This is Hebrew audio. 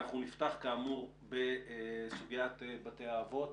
אנחנו נפתח, כאמור, בסוגיית בתי האבות.